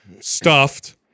stuffed